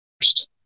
first